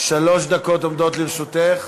שלוש דקות עומדות לרשותך.